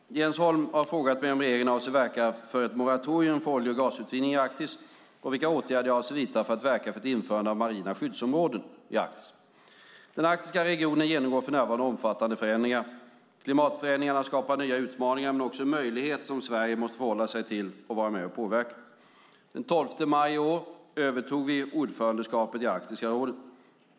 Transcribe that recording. Herr talman! Jens Holm har frågat mig om regeringen avser att verka för ett moratorium för olje och gasutvinning i Arktis och vilka åtgärder jag avser att vidta för att verka för ett införande av marina skyddsområden i Arktis. Den arktiska regionen genomgår för närvarande omfattande förändringar. Klimatförändringarna skapar nya utmaningar men också möjligheter som Sverige måste förhålla sig till och vara med och påverka. Den 12 maj i år övertog vi ordförandeskapet i Arktiska rådet.